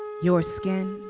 your skin,